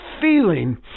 feeling